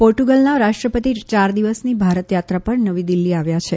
પોર્ટુગલના રાષ્ટ્રપતિ યાર દિવસની ભારત યાત્રા પર નવી દિલ્જી આવ્યા છે